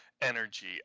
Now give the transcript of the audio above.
energy